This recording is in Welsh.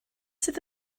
sydd